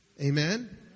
Amen